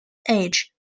age